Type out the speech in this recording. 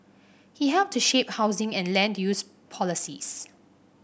he helped to shape housing and land use policies